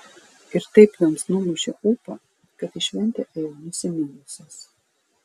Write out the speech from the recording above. ir taip joms numušė ūpą kad į šventę ėjo nusiminusios